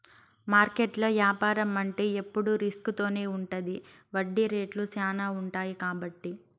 మార్కెట్లో యాపారం అంటే ఎప్పుడు రిస్క్ తోనే ఉంటది వడ్డీ రేట్లు శ్యానా ఉంటాయి కాబట్టి